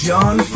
John